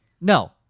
No